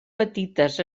petites